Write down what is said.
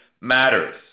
matters